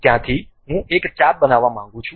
ત્યાંથી હું એક ચાપ બનાવવા માંગુ છું